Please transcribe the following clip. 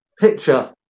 picture